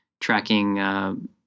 tracking